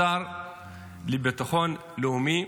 השר לביטחון לאומי,